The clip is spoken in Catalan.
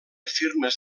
firmes